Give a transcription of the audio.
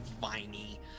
viney